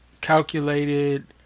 calculated